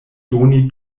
doni